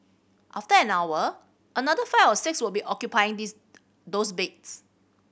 after an hour another five or six will be occupying these those beds